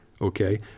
okay